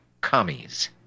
commies